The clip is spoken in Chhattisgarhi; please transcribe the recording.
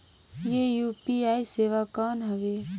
ये यू.पी.आई सेवा कौन हवे?